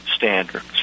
standards